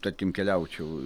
tarkim keliaučiau